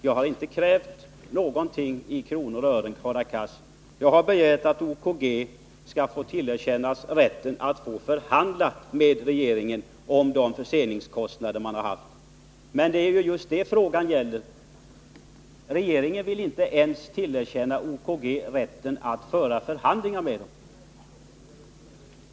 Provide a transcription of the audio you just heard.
Jag har inte krävt någonting i kronor och ören, Hadar Cars, utan bara begärt att OKG tillerkänns rätten att förhandla med regeringen om de förseningskostnader som man haft. Det är just detta som det gäller: regeringen vill inte ens tillerkänna OKG rätt att föra förhandlingar.